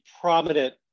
prominent